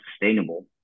sustainable